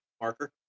marker